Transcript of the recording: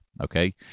Okay